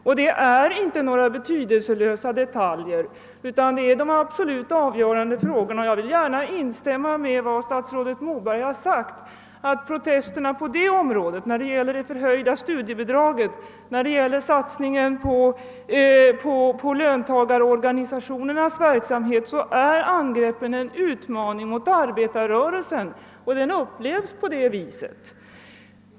Det gäller alltså inte några betydelselösa detaljer utan de avgörande frågorna. Jag vill instämma i statsrådet Mobergs uttalande, att angreppen mot det förhöjda studiecirkelbidraget och mot satsningen på löntagarorganisationernas verksamhet är en utmaning mot arbetarrörelsen, och de upplevs också på det sättet.